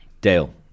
Dale